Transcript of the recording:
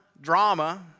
drama